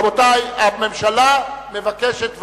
רבותי, הממשלה מבקשת ועדה.